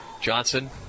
Johnson